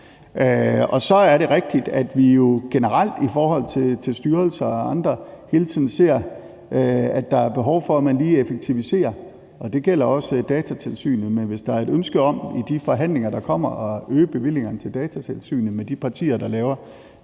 så er det jo rigtigt, at vi generelt i forhold til styrelser og andre instanser hele tiden ser, at der er behov for, at man lige effektiviserer, og det gælder også Datatilsynet. Men hvis der er et ønske om i de forhandlinger, der kommer, at øge bevillingerne til Datatilsynet, blandt de partier, der